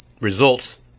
results